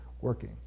working